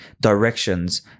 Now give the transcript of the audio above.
directions